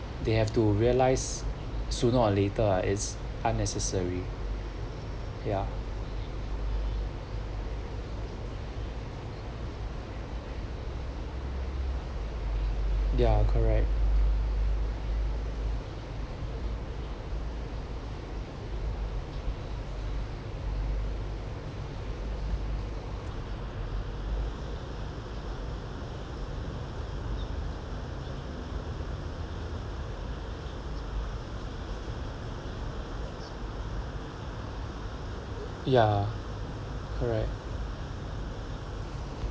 they have to realize sooner or later ah it's unnecessary ya ya correct ya correct